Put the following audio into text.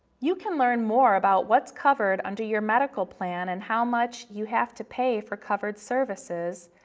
you can learn more about what's covered under your medical plan and how much you have to pay for covered services.